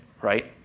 right